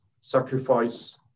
sacrifice